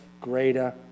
greater